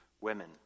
women